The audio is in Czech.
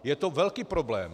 Je to velký problém.